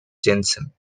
jensen